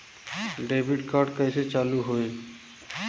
Debit card कइसे चालू होई?